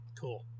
cool